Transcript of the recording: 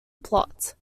plot